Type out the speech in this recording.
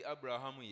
Abraham